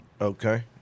Okay